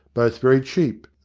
both very cheap,